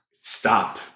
stop